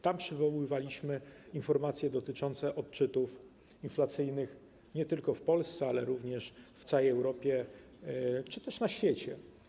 Tam przywoływaliśmy informacje dotyczące odczytów inflacyjnych, nie tylko w Polsce, ale również w całej Europie czy też na świecie.